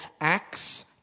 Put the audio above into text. Acts